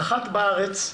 נחת בארץ,